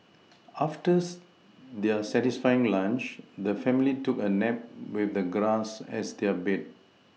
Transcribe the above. after's their satisfying lunch the family took a nap with the grass as their bed